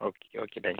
okay okay thank you